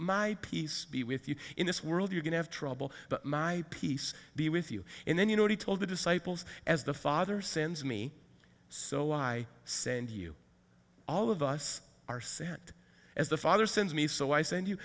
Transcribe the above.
my peace be with you in this world you can have trouble but my peace be with you and then you know he told the disciples as the father sends me so i send you all of us are sent as the father sends me so i send you